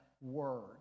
word